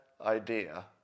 idea